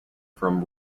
from